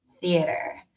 theater